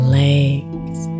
legs